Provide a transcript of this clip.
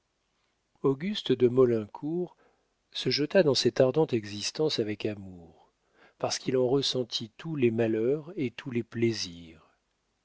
auguste de maulincour se jeta dans cette ardente existence avec amour parce qu'il en ressentit tous les malheurs et tous les plaisirs